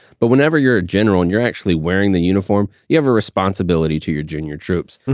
but whenever you're a general and you're actually wearing the uniform, you have a responsibility to your junior troops.